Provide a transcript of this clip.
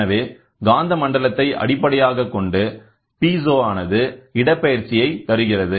எனவே காந்த மண்டலத்தை அடிப்படையாகக்கொண்டு பீசோ ஆனது இடப்பெயர்ச்சியை தருகிறது